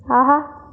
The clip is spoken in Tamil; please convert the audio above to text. ஆஹா